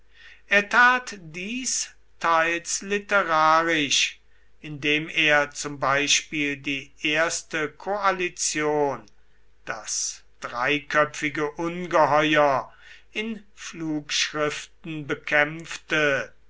er tat dies teils literarisch indem er zum beispiel die erste koalition das dreiköpfige ungeheuer in flugschriften bekämpfte